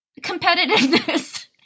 competitiveness